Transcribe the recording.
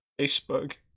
iceberg